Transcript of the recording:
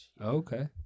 Okay